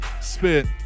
Spit